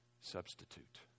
substitute